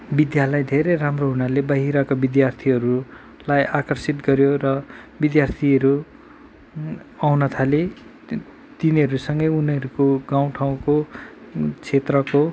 विद्यालय धेरै राम्रो हुनाले बाहिरका विद्यार्थीहरूलाई आकर्षित गऱ्यो र विद्यार्थीहरू आउन थाले तिनीहरूसँगै उनीहरूको गाउँ ठाउँको क्षेत्रको